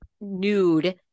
nude